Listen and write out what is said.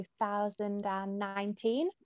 2019